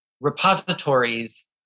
repositories